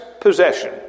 possession